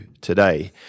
today